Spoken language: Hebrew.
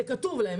זה כתוב להם,